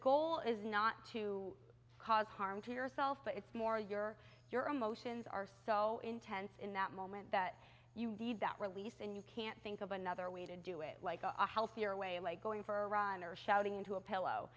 goal is not to cause harm to yourself but it's more your your emotions are so intense in that moment that you need that release and you can't think of another way to do it like a healthier way like going for a run or shouting into a